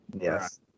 Yes